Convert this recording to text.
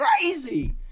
crazy